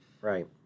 Right